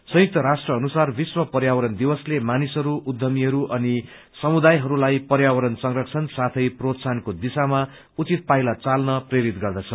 संयुक्त राष्ट्र अनुसार विश्व पर्यावरण दिवसले मानिसहरू उद्यमीहरू अनि समुदायहरूलाई पर्यावरण संरक्षण साथै प्रोत्साहनको दिशामा उचित पाइला चाल्न प्रेरित गर्दछ